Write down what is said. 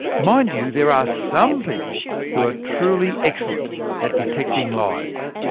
mind you, there are some people who are truly excellent at detecting lies.